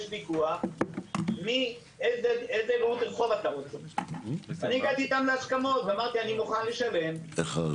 יש ויכוח איך --- אני הגעתי אתם להסכמות ואמרתי שאני מוכן לשלם,